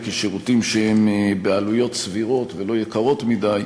כשירותים שהם בעלויות סבירות ולא יקרות מדי,